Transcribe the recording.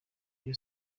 byo